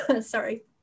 Sorry